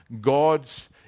God's